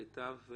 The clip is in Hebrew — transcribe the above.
היתה.